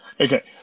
okay